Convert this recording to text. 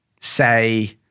say